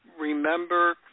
remember